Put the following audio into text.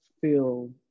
feel